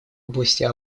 области